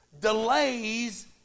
delays